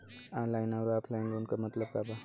Online अउर offline loan क मतलब का बा?